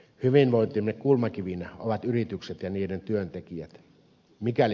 hyvinvointimme kulmakivinä ovat yritykset ja niiden työntekijät